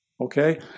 okay